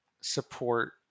support